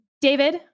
David